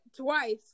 twice